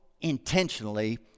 intentionally